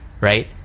right